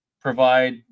provide